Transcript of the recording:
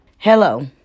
Hello